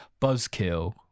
Buzzkill